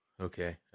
Okay